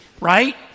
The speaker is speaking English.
Right